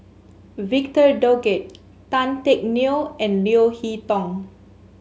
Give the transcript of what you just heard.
Victor Doggett Tan Teck Neo and Leo Hee Tong